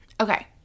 Okay